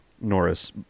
Norris